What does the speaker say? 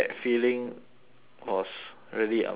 was really amazing ah